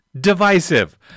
divisive